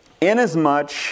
Inasmuch